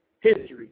history